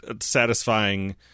satisfying